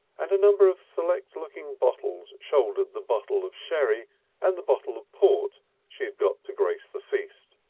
and a number of select-looking bottles shouldered the bottle of sherry and the bottle of port she had got to grace the feast.